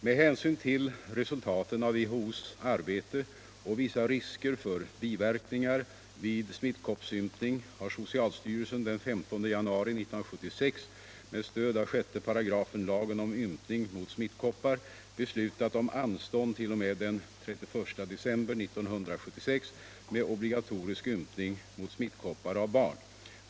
Med hänsyn till resultaten av WHO:s arbete och vissa risker för biverkningar vid smittkoppsympning har socialstyrelsen den 15 januari 1976 med stöd av 6 § lagen om ympning mot smittkoppor beslutat om anstånd t.o.m. den 31 december 1976 med obligatorisk ympning mot smittkoppor av barn.